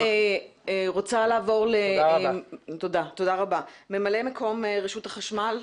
אני רוצה לעבור לממלא מקום ראש רשות החשמל.